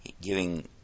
giving